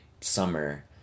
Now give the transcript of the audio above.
summer